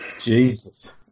Jesus